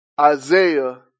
Isaiah